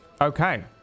okay